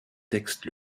texte